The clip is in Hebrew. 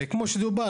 וכמו שדובר,